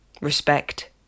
respect